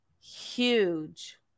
huge